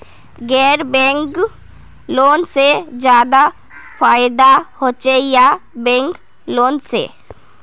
गैर banking loan से ज्यादा फायदा होचे या बैंकिंग लोन से?